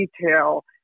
detail